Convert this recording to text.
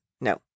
No